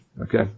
Okay